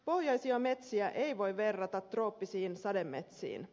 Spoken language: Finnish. pohjoisia metsiä ei voi verrata trooppisiin sademetsiin